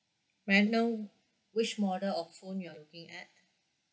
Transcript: may I know which model of phone you are looking at